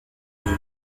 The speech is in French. dans